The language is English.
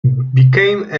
became